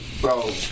bro